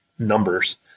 numbers